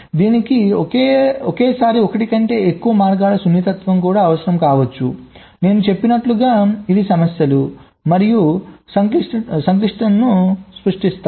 దీనికి ఒకేసారి ఒకటి కంటే ఎక్కువ మార్గాల సున్నితత్వం అవసరం కావచ్చు నేను చెప్పినట్లుగా ఇవి సమస్యలు మరియు సంక్లిష్టతలను సృష్టిస్తాయి